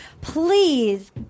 Please